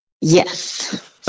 Yes